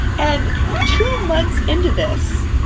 and two months into this,